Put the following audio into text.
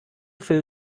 fill